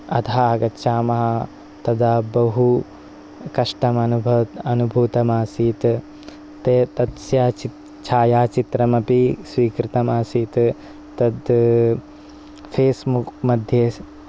अधः आगच्छामः तदा बहु कष्टम् अनुब् अनुभूतमासीत् ते तस्य छित् छायाचित्रमपि स्वीकृतमासीत् तत् फेस्मुक् मध्ये